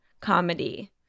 comedy